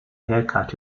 haircut